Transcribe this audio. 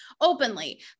openly